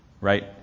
right